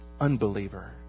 unbeliever